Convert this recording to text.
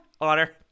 Honor